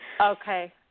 Okay